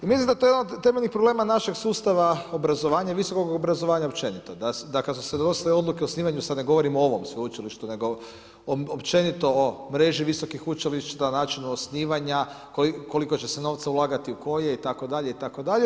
I mislim da je to jedan od temeljnih problema našeg sustava, obrazovanja i visokog obrazovanja općenito, da kada se donosile odluke o osnivanju, sada ne govorim o ovom sveučilištu, nego o općenito o mreži visokih učilišta, načinu osnivanja, koliko će se novca ulagati u koje itd., itd.